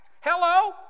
Hello